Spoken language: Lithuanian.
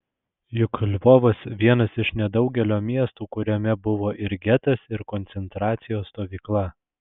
juk lvovas vienas iš nedaugelio miestų kuriame buvo ir getas ir koncentracijos stovykla